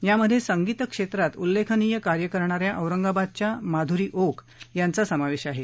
यामध्ये संगीत क्षेत्रात उल्लेखनीय कार्य करणाऱ्या औरंगाबादच्या माधुरी ओक यांचा समावेश आहे